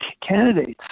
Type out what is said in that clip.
candidates